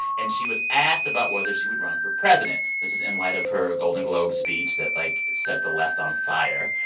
and she was asked about whether she would run for president. this is in light of her golden globe speech that, like, set the left on fire.